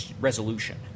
resolution